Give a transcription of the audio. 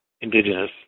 indigenous